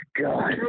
God